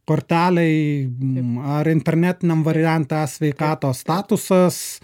kortelėj ar internetiniam variante e sveikatos statusas